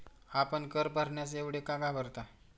आपण कर भरण्यास एवढे का घाबरता?